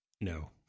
No